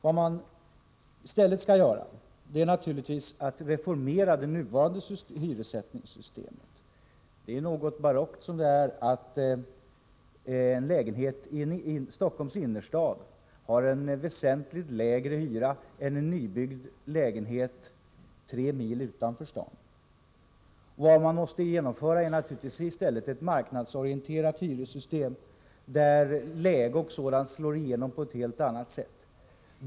Vad man i stället skall göra är naturligtvis att reformera det nuvarande hyressättningssystemet. Det är något barockt som det nu är att en lägenhet i Stockholms innerstad har en väsentligt lägre hyra än en nybyggd lägenhet tre mil utanför staden. Vad man måste genomföra är naturligtvis ett marknadsorienterat hyressystem, där läge och sådant slår igenom på ett helt annat sätt.